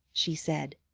she said.